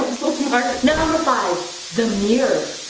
um so smart. number five, the mirror.